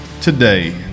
today